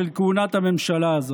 של כהונת הממשלה הזאת.